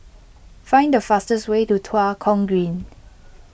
find the fastest way to Tua Kong Green